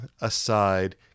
aside